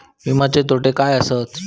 विमाचे तोटे काय आसत?